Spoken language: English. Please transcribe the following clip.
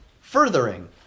furthering